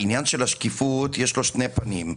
העניין של השקיפות, יש לו שני פנים.